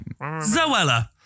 zoella